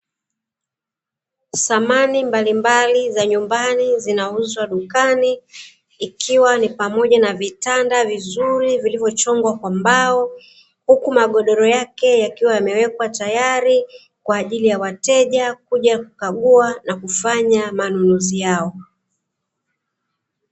Samani mbalimbali za nyumbani zinauzwa dukani, ikiwa ni pamoja na vitanda vizuri vilivyochongwa kwa mbao huku magodoro yake yakiwa yamewekwa tayari kwa ajili ya wateja kuja kukagua na kufanya manunuzi yao.